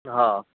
हा